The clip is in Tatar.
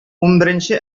унберенче